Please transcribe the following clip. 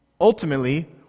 Ultimately